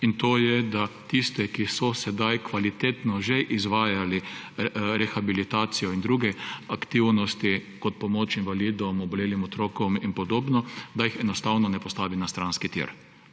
To je, da se tistih, ki so sedaj že kvalitetno izvajali rehabilitacijo in druge aktivnosti kot pomoč invalidom, obolelim otrokom in podobno, enostavno ne postavi na stranski tir.